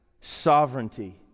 sovereignty